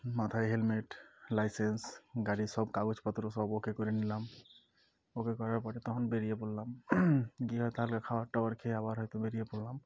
মাথায় helmet licence গাড়ির সব কাগজপত্র সব ও কে করে নিলাম ও কে করার পরে তখন বেরিয়ে পড়লাম গিয়ে তাহলে খাাবার টাবার খেয়ে আবার হয়তো বেরিয়ে পড়লাম